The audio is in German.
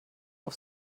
auf